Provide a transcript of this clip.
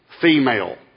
female